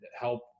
help